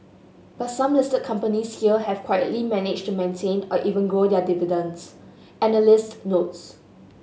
but some listed companies here have quietly managed to maintain or even grow their dividends analysts notes